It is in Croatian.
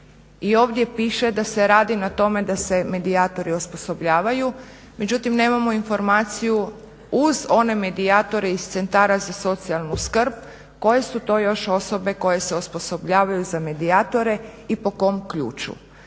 i ovdje piše da se radi na tome da se medijatori osposobljavaju, međutim nemamo informaciju uz one medijatore iz centara za socijalnu skrb koje su to još osobe koje se osposobljavaju za medijatore i po kom ključu,